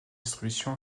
distribution